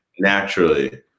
naturally